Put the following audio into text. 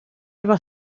efo